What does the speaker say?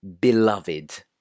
beloved